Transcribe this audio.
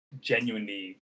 genuinely